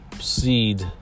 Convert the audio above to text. seed